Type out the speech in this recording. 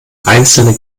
einzelne